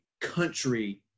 country